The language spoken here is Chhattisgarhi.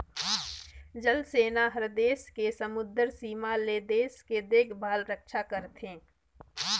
जल सेना हर देस के समुदरर सीमा ले देश के देखभाल रक्छा करथे